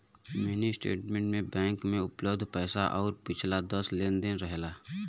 mini statement bank में उपलब्ध पैसा आउर पिछला दस लेन देन रहेला